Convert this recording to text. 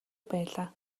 байлаа